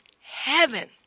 heaven